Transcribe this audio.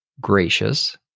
gracious